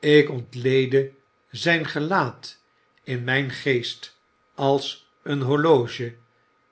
ik ontleedde zijn gelaat in mijn geest als een horloge